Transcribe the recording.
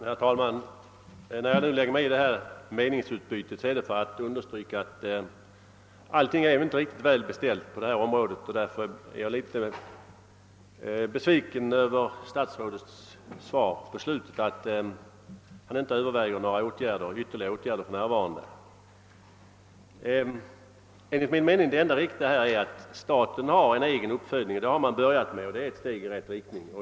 Herr talman! När jag nu lägger mig i detta meningsutbyte gör jag det för att understryka att allting inte är väl beställt. Därför är jag också litet besviken över vad statsrådet skrivit i slutet av sitt svar, att han för närvarande inte överväger några ytterligare åtgärder. Det enda riktiga i detta fall är enligt min mening att staten bedriver egen djuruppfödning. Det har man också börjat med nu, och det är ett steg i rätt riktning.